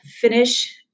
finish